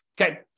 Okay